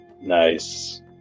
Nice